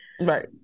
right